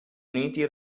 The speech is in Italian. uniti